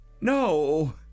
no